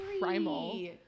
primal